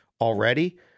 already